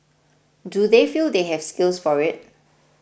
do they feel they have skills for it